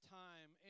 time